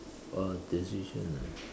a decision ah